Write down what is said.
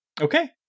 Okay